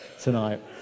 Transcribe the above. tonight